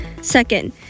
Second